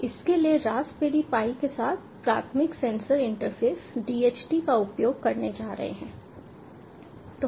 तो इसके लिए रास्पबेरी पाई के साथ प्राथमिक सेंसर इंटरफ़ेस DHT का उपयोग करने जा रहा है